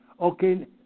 Okay